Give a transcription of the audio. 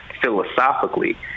philosophically